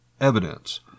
evidence